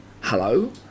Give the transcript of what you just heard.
Hello